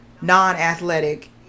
non-athletic